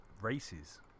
races